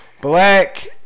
Black